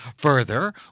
Further